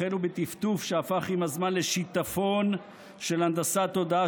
החלו בטפטוף שהפך עם הזמן לשיטפון של הנדסת תודעה,